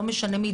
לא משנה מי,